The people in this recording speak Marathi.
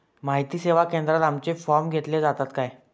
माहिती सेवा केंद्रात आमचे फॉर्म घेतले जातात काय?